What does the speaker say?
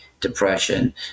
depression